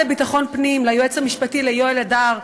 ליועץ המשפטי יואל הדר,